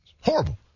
horrible